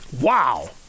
Wow